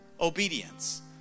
obedience